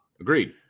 Agreed